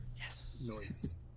yes